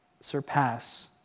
surpass